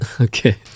Okay